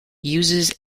uses